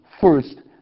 first